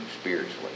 spiritually